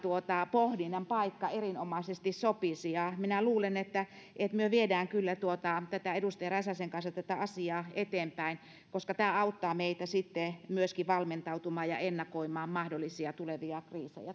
pohdinnan paikka erinomaisesti sopisi minä luulen että että me viemme kyllä edustaja räsäsen kanssa tätä asiaa eteenpäin koska tämä auttaa meitä sitten myöskin valmentautumaan ja ennakoimaan mahdollisia tulevia kriisejä